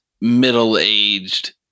middle-aged